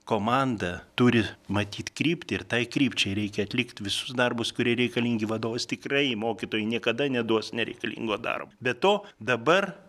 komanda turi matyt kryptį ir tai krypčiai reikia atlikt visus darbus kurie reikalingi vadovas tikrai mokytojui niekada neduos nereikalingo darbo be to dabar